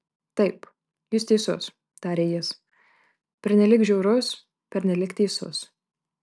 taip jūs teisus tarė jis pernelyg žiaurus pernelyg teisus